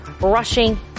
rushing